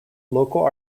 local